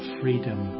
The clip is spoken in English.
freedom